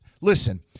listen